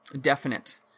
definite